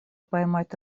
поймать